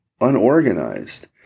unorganized